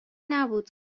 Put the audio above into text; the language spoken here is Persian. نبود